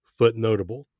Footnotable